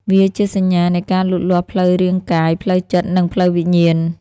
វាជាសញ្ញានៃការលូតលាស់ផ្លូវរាងកាយ ផ្លូវចិត្ត និងផ្លូវវិញ្ញាណ។